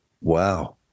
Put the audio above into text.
Wow